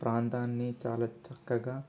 ఆ ప్రాంతాన్ని చాలా చక్కగా